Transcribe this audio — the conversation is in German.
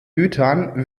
gütern